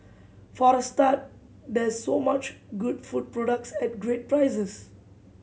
for a start there's so much good food products at great prices